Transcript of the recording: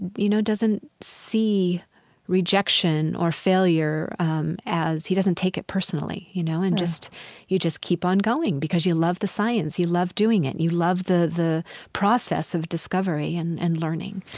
you know, doesn't see rejection or failure as he doesn't take it personally, you know. and you just keep on going because you love the science. he loved doing it. you love the the process of discovery and and learning.